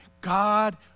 God